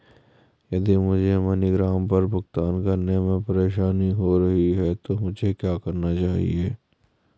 यदि मुझे मनीग्राम पर भुगतान करने में परेशानी हो रही है तो मुझे क्या करना चाहिए?